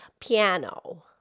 piano